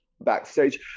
backstage